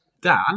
Dan